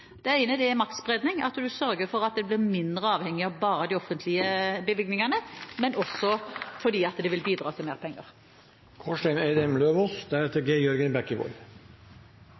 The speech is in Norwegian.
Det ene er maktspredning, at en sørger for at en blir mindre avhengig av bare de offentlige bevilgningene, men også fordi det vil bidra til mer penger.